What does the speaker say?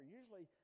Usually